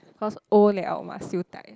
because old liao must siew dai